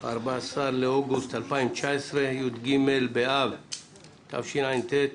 14 באוגוסט 2019, י"ג באב התשע"ט.